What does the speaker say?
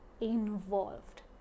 involved